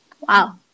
Wow